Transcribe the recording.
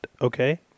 Okay